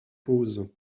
pause